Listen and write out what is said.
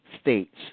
states